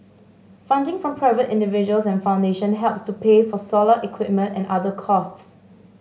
funding from private individuals and foundation helps to pay for solar equipment and other costs